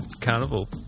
Carnival